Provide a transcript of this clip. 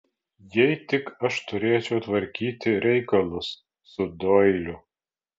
jei tik aš turėčiau tvarkyti reikalus su doiliu